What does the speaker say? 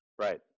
Right